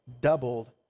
doubled